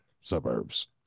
suburbs